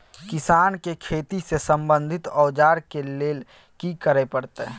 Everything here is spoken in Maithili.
किसान के खेती से संबंधित औजार के लेल की करय परत?